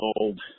old